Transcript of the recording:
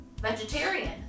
vegetarian